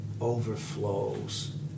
overflows